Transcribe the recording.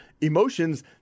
emotions